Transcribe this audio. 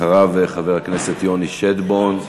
ואחריו, חבר הכנסת יוני שטבון.